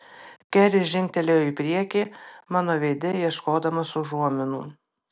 keris žingtelėjo į priekį mano veide ieškodamas užuominų